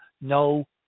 no